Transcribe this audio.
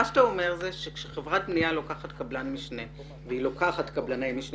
מה שאתה אומר זה שכשחברת בנייה לוקחת קבלן משנה והיא לוקחת קבלני משנה